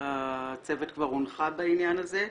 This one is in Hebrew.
הצוות כבר הונחה בעניין הזה,